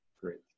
Great